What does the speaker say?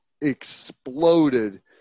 exploded